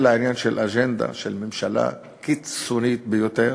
אלא עניין של אג'נדה של ממשלה קיצונית ביותר